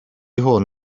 hwn